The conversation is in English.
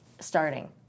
starting